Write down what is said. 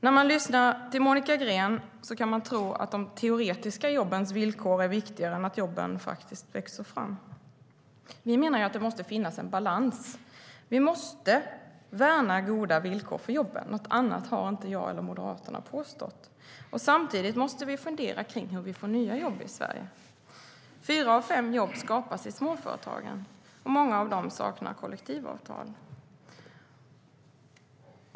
När man lyssnar till Monica Green kan man tro att de teoretiska jobbens villkor är viktigare än att jobben faktiskt växer fram. Vi menar att det måste finnas en balans. Vi måste värna goda villkor för jobben - något annat har inte jag eller Moderaterna påstått - och samtidigt måste vi fundera kring hur vi får nya jobb i Sverige. Fyra av fem jobb skapas i småföretagen, och många av dem saknar kollektivavtal.